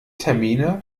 termine